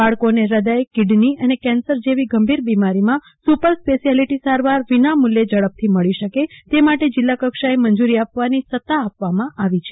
બાળકોને હદય કિડની અને કેન્સર જેવી ગંભિર બિમારો માં સુપર સ્પેશિયાલીસ્ટ સારવાર વિના મુલ્યે ઝડપથી મળી શકે તે માટે જિલ્લા કક્ષાએ મંજુરી આપવાની સતા આપવામાં આવી છે